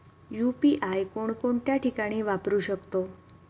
UPI कोणकोणत्या ठिकाणी वापरू शकतो?